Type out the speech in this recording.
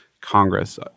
Congress